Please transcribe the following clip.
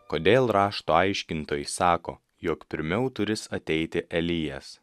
kodėl rašto aiškintojai sako jog pirmiau turįs ateiti elijas